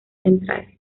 central